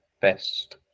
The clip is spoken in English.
best